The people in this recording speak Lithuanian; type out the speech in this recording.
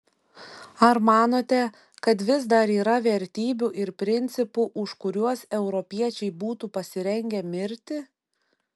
ar manote kad vis dar yra vertybių ir principų už kuriuos europiečiai būtų pasirengę mirti